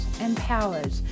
empowered